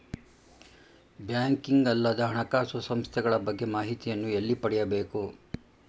Banking ಅಲ್ಲದ ಹಣಕಾಸು ಸಂಸ್ಥೆಗಳ ಬಗ್ಗೆ ಮಾಹಿತಿಯನ್ನು ಎಲ್ಲಿ ಪಡೆಯಬೇಕು?